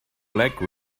black